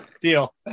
deal